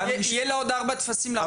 יהיו לה עוד ארבעה טפסים להראות להורים?